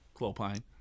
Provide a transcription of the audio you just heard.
Clopine